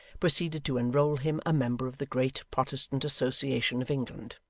proceeded to enrol him a member of the great protestant association of england.